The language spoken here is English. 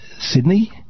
Sydney